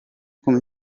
come